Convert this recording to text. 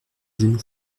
genoux